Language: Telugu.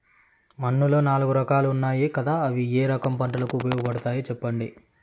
మన్నులో నాలుగు రకాలు ఉన్నాయి కదా అవి ఏ రకం పంటలకు ఉపయోగపడతాయి చెప్పండి?